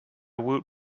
woot